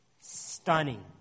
Stunning